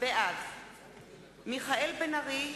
בעד מיכאל בן-ארי,